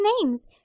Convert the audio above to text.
names